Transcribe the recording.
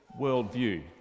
worldview